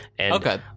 Okay